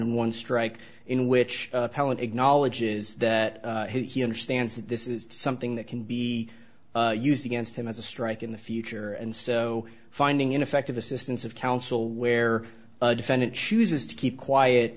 and one strike in which helen acknowledges that he understands that this is something that can be used against him as a strike in the future and so finding ineffective assistance of counsel where a defendant chooses to keep quiet